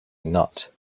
not